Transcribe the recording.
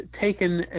taken